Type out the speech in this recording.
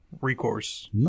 recourse